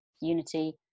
unity